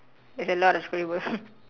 there's a lot of scribbles